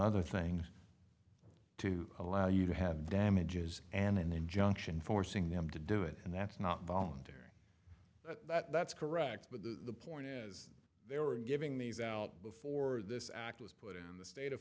other things to allow you to have damages an injunction forcing them to do it and that's not voluntary that's correct but the point is they were giving these out before this act was put in the state of